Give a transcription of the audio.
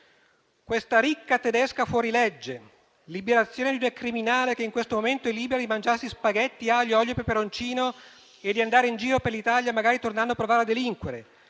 «Questa ricca tedesca fuorilegge...la liberazione di una criminale, che in questo momento è libera di mangiarsi spaghetti aglio, olio e peperoncino e di andare in giro per l'Italia, magari tornando a provare a delinquere».